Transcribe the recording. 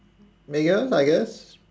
I gue~ I guess